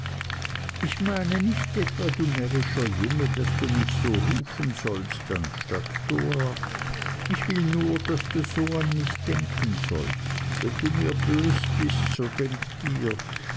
ich meine nicht etwa du närrischer junge daß du mich so rufen sollst anstatt dora ich will nur daß du so an mich denken sollst wenn du mir bös bist so denk dir